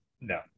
no